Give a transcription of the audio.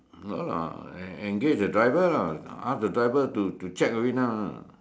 no lah en~ engage the driver lah ask the driver to to check every now ah